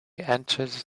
entered